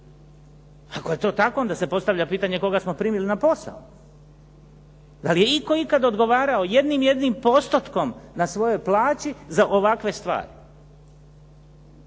Ako je to tako onda se postavlja pitanje koga smo primili na posao. Da li je itko ikad odgovarao jednim jedinim postotkom na svojoj plaći za ovakve stvari?